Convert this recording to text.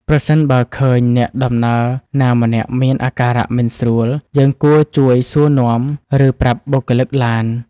ប្រសិនបើឃើញអ្នកដំណើរណាម្នាក់មានអាការៈមិនស្រួល យើងគួរជួយសួរនាំ ឬប្រាប់បុគ្គលិកឡាន។